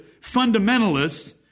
fundamentalists